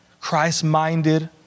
Christ-minded